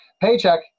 paycheck